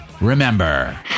remember